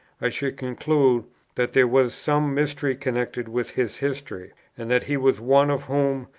i should conclude that there was some mystery connected with his history, and that he was one, of whom,